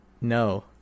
No